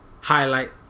highlight